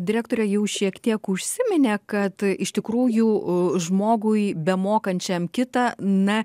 direktorė jau šiek tiek užsiminė kad iš tikrųjų žmogui bemokančiam kitą na